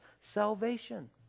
salvation